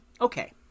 Okay